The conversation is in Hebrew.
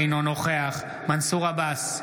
אינו נוכח מנסור עבאס,